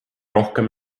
rohkem